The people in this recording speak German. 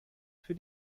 für